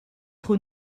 trop